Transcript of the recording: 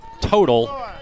total